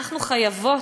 אנחנו חייבות,